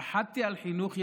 פחדתי על חינוך ילדיי.